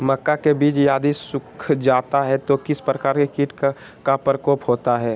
मक्का के बिज यदि सुख जाता है तो किस प्रकार के कीट का प्रकोप होता है?